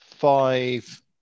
Five